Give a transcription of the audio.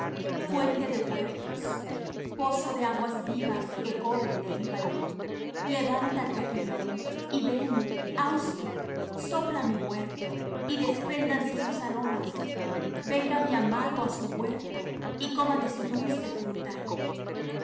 fuente de huertos pozo de aguas vivas que corren del líbano levántate aquilón y ven austro sopla mi huerto despréndanse sus aromas venga mi amado á su huerto y coma de su dulce fruta